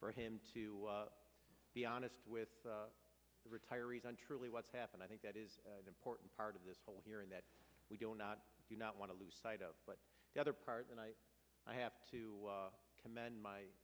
for him to be honest with the retiree's on truly what's happened i think that is important part of this whole hearing that we do not do not want to lose sight of but the other part and i have to commend my